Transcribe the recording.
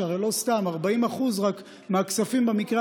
שהרי לא סתם רק 40% מהכספים מנוצלים,